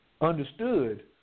understood